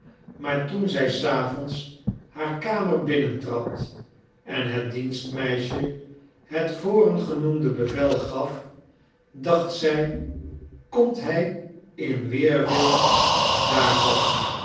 maar toen zij s avonds haar kamer binnentrad en het dienstmeisje het vorengenoemde bevel gaf dacht zij komt hij in weerwil daarvan